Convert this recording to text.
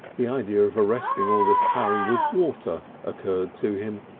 the idea of arresting all this hurry with water occurred to him.